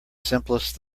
simplest